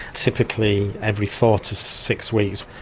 typically every four to six weeks,